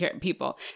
people